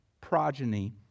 progeny